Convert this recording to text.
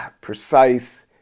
precise